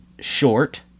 short